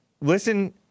Listen